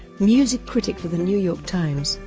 music critic for the new york times,